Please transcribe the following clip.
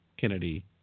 Kennedy